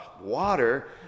water